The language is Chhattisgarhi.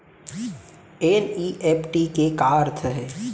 एन.ई.एफ.टी के का अर्थ है?